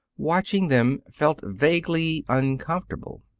watching them, felt vaguely uncomfortable.